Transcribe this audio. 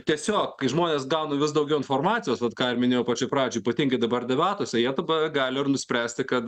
tiesiog kai žmonės gauna vis daugiau informacijos vat ką ir minėjau pačioj pradžioj ypatingai dabar debatuose jie dabar gali ir nuspręsti kad